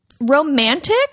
romantic